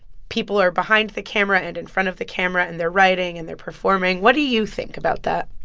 people are behind the camera and in front of the camera. and they're writing, and they're performing. what do you think about that?